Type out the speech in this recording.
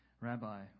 Rabbi